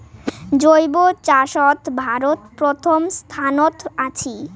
জৈব চাষত ভারত প্রথম স্থানত আছি